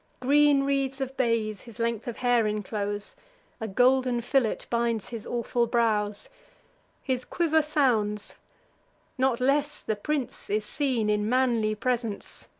green wreaths of bays his length of hair inclose a golden fillet binds his awful brows his quiver sounds not less the prince is seen in manly presence,